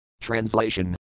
Translation